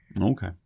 Okay